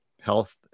health